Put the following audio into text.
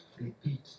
repeat